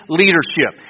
leadership